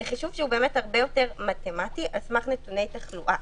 זה חישוב שהוא באמת הרבה יותר מתמטי על סמך נתוני תחלואה.